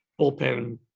bullpen